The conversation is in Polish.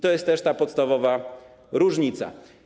To jest ta podstawowa różnica.